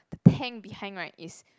the tank behind right is